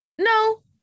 No